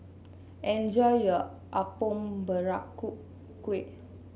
enjoy your Apom Berkuah